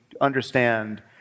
understand